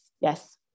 yes